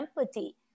empathy